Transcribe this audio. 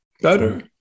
better